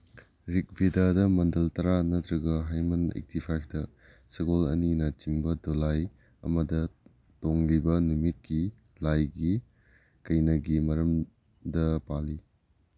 ꯔꯤꯛ ꯚꯦꯗꯥꯗ ꯃꯟꯗꯜ ꯇꯔꯥ ꯅꯠꯇ꯭ꯔꯒ ꯍꯩꯃꯟ ꯑꯥꯏꯇꯤ ꯐꯥꯏꯚꯇ ꯁꯒꯣꯜ ꯑꯅꯤꯅ ꯆꯤꯡꯕ ꯗꯣꯂꯥꯏ ꯑꯃꯗ ꯇꯣꯡꯂꯤꯕ ꯅꯨꯃꯤꯠꯀꯤ ꯂꯥꯏꯒꯤ ꯀꯩꯅꯥꯒꯤ ꯃꯔꯝꯗ ꯄꯥꯜꯂꯤ